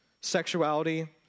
sexuality